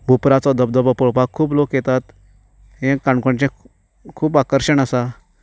उप्राचो धबधबो पळोवपाक खूब लोक येतात हें काणकोणचें खूब आकर्शण आसा